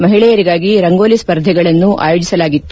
ಮಹಿಳೆಯರಿಗಾಗಿ ರಂಗೋಲಿ ಸ್ಪರ್ಧೆಗಳನ್ನು ಆಯೋಜಿಸಲಾಗಿತ್ತು